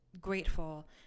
grateful